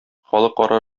халыкара